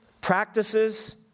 practices